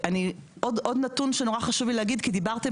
עוד נתון שנורא חשוב לי להגיד כי דיברתם